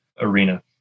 arena